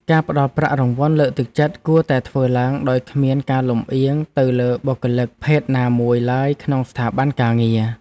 ការផ្តល់ប្រាក់រង្វាន់លើកទឹកចិត្តគួរតែធ្វើឡើងដោយគ្មានការលំអៀងទៅលើបុគ្គលិកភេទណាមួយឡើយក្នុងស្ថាប័នការងារ។